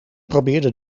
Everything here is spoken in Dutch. probeerde